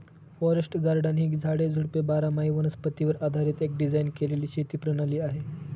forest garden ही झाडे, झुडपे बारामाही वनस्पतीवर आधारीत एक डिझाइन केलेली शेती प्रणाली आहे